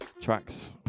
tracks